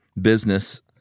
business